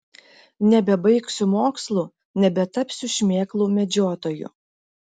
nebebaigsiu mokslų nebetapsiu šmėklų medžiotoju